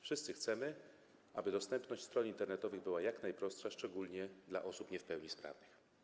Wszyscy chcemy, aby dostępność stron internetowych była jak największa, szczególnie dla osób nie w pełni sprawnych.